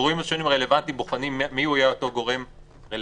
הגורמים השונים הרלוונטיים בוחנים מיהו יהיה אותו גורם רלוונטי,